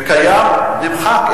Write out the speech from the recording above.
נמחק.